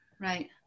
Right